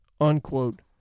unquote